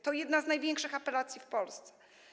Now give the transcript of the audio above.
To jedna z największych apelacji w Polsce.